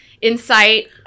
insight